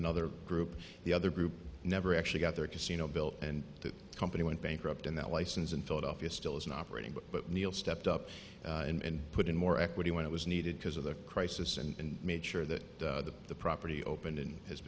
another group the other group never actually got their casino built and that company went bankrupt and that license in philadelphia still isn't operating but neil stepped up and put in more equity when it was needed because of the crisis and made sure that the the property opened and has